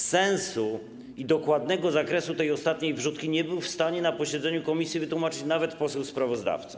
Sensu i dokładnego zakresu tej ostatniej wrzutki nie był w stanie na posiedzeniu Komisji wytłumaczyć nawet poseł sprawozdawca.